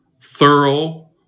thorough